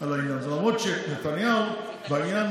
על העניין הזה, למרות שנתניהו, בעניין